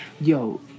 Yo